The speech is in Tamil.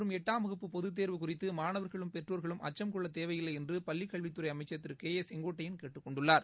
ஐந்து மற்றும் எட்டாம் வகுப்பு பொது தேர்வு குறித்து மாணவர்களும் பெற்றோர்களும் அச்சம் கொள்ளத் தேவையில்லை என்று பள்ளிக் கல்வித்துறை அமைச்சர் கே ஏ செங்கோட்டையள் கேட்டுக் கொண்டுள்ளார்